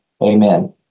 Amen